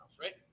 right